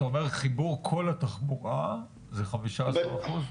אתה אומר שחיבור כל התחבורה זה 15%?